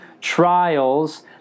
trials